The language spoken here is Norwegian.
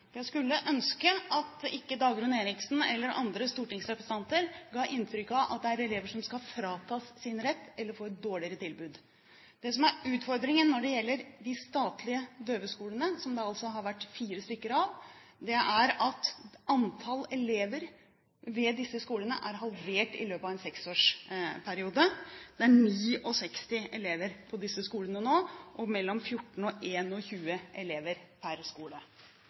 Jeg skulle ønske at ikke Dagrun Eriksen eller andre stortingsrepresentanter ga inntrykk av at det er elever som skal fratas sin rett eller få et dårligere tilbud. Det som er utfordringen når det gjelder de statlige døveskolene, som det altså har vært fire stykker av, er at antall elever ved disse skolene er halvert i løpet av en seksårsperiode. Det er 69 elever på disse skolene nå, og mellom 14 og 21 elever per skole.